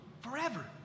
forever